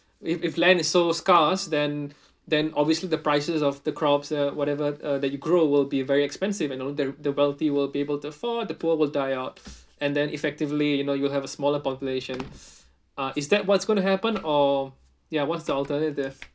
if if land is so scarce then then obviously the prices of the crops uh whatever uh that you grow will be very expensive you know the the wealthy will be able to afford the poor will die out and then effectively you know you will have a smaller population uh is that what's going to happen or ya what's the alternative